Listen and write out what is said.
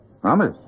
Promise